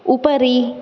उपरि